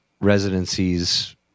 residencies